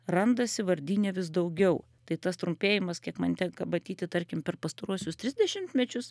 randasi vardyne vis daugiau tai tas trumpėjimas kiek man tenka matyti tarkim per pastaruosius tris dešimtmečius